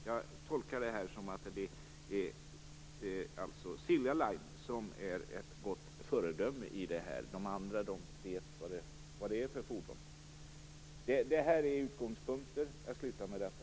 Jag tolkar detta så att det är Silja Line som är ett gott föredöme. Övriga vet vad det rör sig om för fordon. Detta är utgångspunkter, och jag avslutar med dessa.